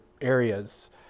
areas